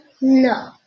No